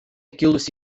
kilusi